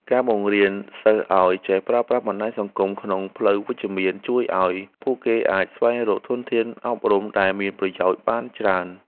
ការបង្រៀនសិស្សឱ្យចេះប្រើប្រាស់បណ្តាញសង្គមក្នុងផ្លូវវិជ្ជមាន ជួយឱ្យពួកគេអាចស្វែងរកធនធានអប់រំដែលមានប្រយោជន៍បានច្រើន។